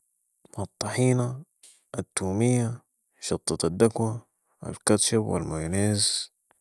الطحينة ،التومية ،شطة الدكوه ، الكاتشب و المايونيز